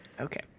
Okay